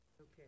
Okay